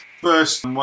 First